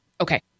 Okay